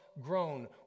grown